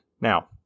Now